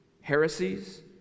heresies